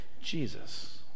Jesus